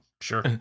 Sure